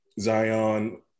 Zion